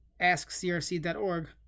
askcrc.org